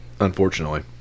unfortunately